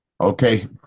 Okay